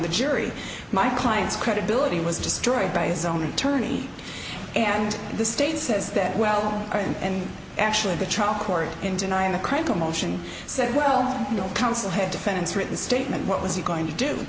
the jury my client's credibility was destroyed by his own attorney and the state says that well and actually the trial court in denying the crime to motion said well no counsel had defense written statement what was he going to do